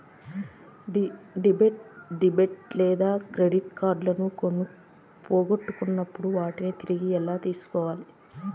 debit లేదా credit కార్డులు పోగొట్టుకున్నప్పుడు వాటిని తిరిగి ఎలా తీసుకోవాలి